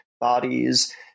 bodies